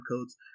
codes